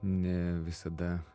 ne visada